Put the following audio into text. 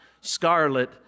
scarlet